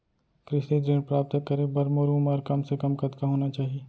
कृषि ऋण प्राप्त करे बर मोर उमर कम से कम कतका होना चाहि?